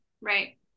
Right